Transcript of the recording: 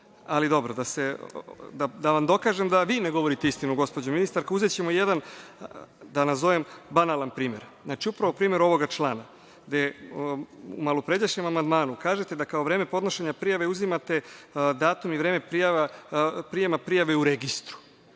dobro da vam dokažem da vi ne govorite istinu, gospođo ministarka. Uzećemo jedan, da nazovem, banala primer. Znači, upravo primer ovoga člana, gde u malopređašnjem amandmanu kažete da kao vreme podnošenja prijave uzimate datum i vreme prijema prijave u registar.U